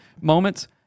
moments